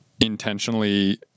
intentionally